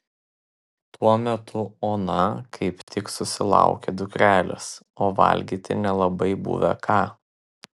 tuo metu ona kaip tik susilaukė dukrelės o valgyti nelabai buvę ką